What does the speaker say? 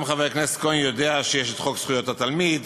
גם חבר הכנסת כהן יודע שיש את חוק זכויות התלמיד,